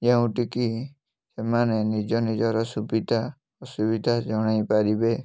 ଯେଉଁଠିକି ସେମାନେ ନିଜ ନିଜର ସୁବିଧା ଅସୁବିଧା ଜଣାଇପାରିବେ